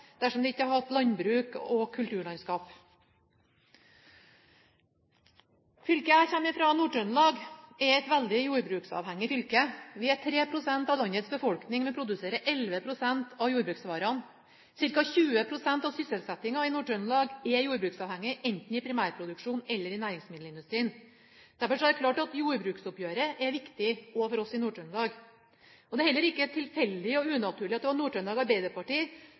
dersom de ikke hadde hatt landbruk og kulturlandskap. Fylket jeg kommer fra, Nord-Trøndelag, er et veldig jordbruksavhengig fylke. Vi er 3 pst. av landets befolkning, men produserer 11 pst. av jordbruksvarene. Cirka 20 pst. av sysselsettingen i Nord-Trøndelag er jordbruksavhengig, enten i primærproduksjonen eller i næringsmiddelindustrien. Derfor er det klart at jordbruksoppgjøret er viktig også for oss i Nord-Trøndelag. Det er heller ikke tilfeldig og unaturlig at det var